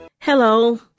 Hello